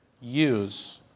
use